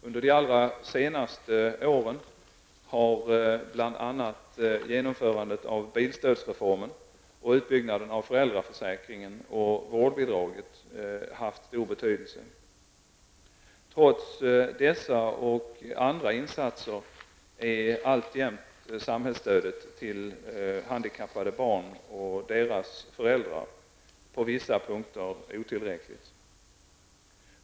Under de allra senaste åren har bl.a. genomförandet av bilstödsreformen och utbyggnaden av föräldraförsäkringen och vårdbidraget haft stor betydelse. Trots dessa och andra insatser är alltjämt samhällsstödet till handikappade barn och deras föräldrar på vissa punkter otillräckligt.